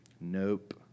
nope